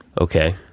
Okay